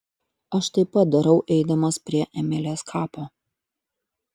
aš taip pat darau eidamas prie emilės kapo